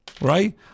Right